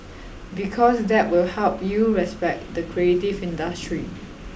because that will help you respect the creative industry